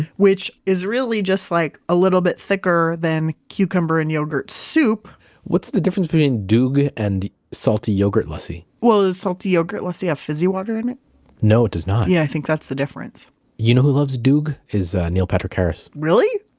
which is really just like a little bit thicker than cucumber and yogurt soup what's the difference between doogh and salty yogurt lassi? well, does salty yogurt lassi have fizzy water in it? no, it does not yeah, i think that's the difference you know who loves doogh? is neil patrick harris really?